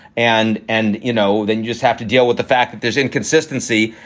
and and, you know, then just have to deal with the fact that there's inconsistency,